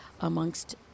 amongst